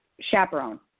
chaperone